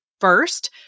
first